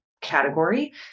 category